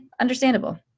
understandable